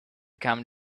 come